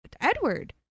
edward